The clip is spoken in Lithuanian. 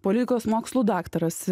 politikos mokslų daktaras